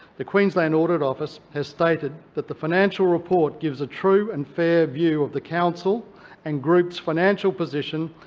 the queensland audit office has stated that the financial report gives a true and fair view of the council and group's financial position,